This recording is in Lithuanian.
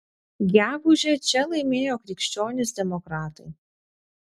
gegužę čia laimėjo krikščionys demokratai